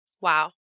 Wow